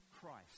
Christ